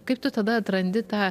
kaip tu tada atrandi tą